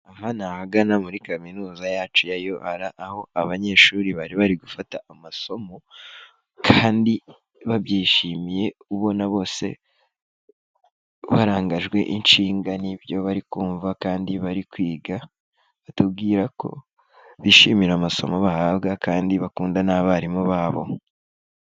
Aha ni ahagana muri kaminuza yacu ya UR, aho abanyeshuri bari bari gufata amasomo, kandi babyishimiye ubona bose, barangajwe ishinga n'ibyo bari kumva kandi bari kwiga, batubwira ko bishimira amasomo bahabwa kandi bakunda n'abarimu babo.